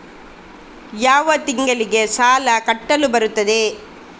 ಯಾವ ತಿಂಗಳಿಗೆ ಸಾಲ ಕಟ್ಟಲು ಬರುತ್ತದೆ?